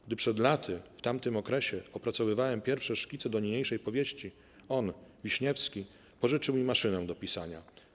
Gdy przed laty, w tamtym okresie, opracowywałem pierwsze szkice do niniejszej powieści, on, Wiśniewski, pożyczył mi maszynę do pisania.